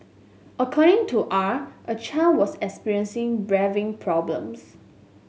according to R a child was experiencing breathing problems